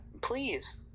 please